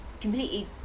completely